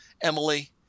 Emily